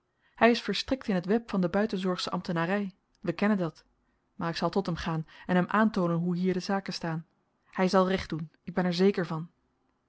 hy is verstrikt in t web van de buitenzorgsche ambtenary we kennen dat maar ik zal tot hem gaan en hem aantoonen hoe hier de zaken staan hy zal recht doen ik ben er zeker van